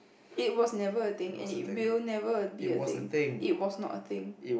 it was never a thing and it will never a be a thing it was not a thing